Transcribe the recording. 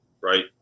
right